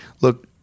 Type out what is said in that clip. look